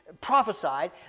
prophesied